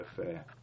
affair